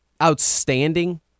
outstanding